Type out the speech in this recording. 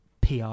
PR